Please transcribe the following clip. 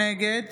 נגד